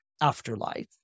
afterlife